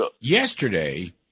Yesterday